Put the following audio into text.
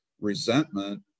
resentment